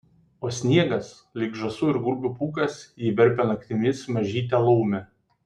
o sniegas lyg žąsų ir gulbių pūkas jį verpia naktimis mažytė laumė